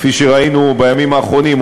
כפי שראינו בימים האחרונים,